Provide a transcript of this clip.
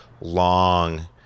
long